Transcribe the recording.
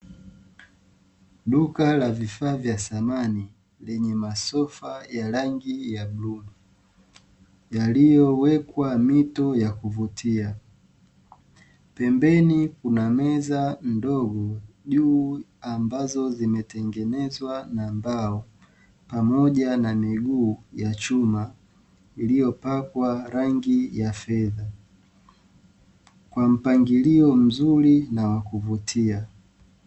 Duka la vifaa vya thamani lenye masofa ya rangi ya bluu, yaliyowekwa mito ya kuvutia pembeni kuna meza ndogo juu ambazo zimetengenezwa na mbao pamoja na miguu ya chuma iliyopakwa rangi ya fedha kwa mpangilio mzuri nawa kuvutia.